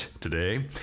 today